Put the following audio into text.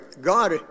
god